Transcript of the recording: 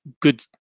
good